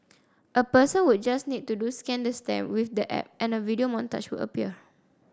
a person would just need to do scan the stamp with the app and a video montage would appear